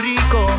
Rico